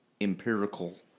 empirical